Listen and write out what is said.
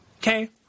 Okay